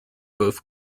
both